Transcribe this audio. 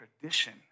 tradition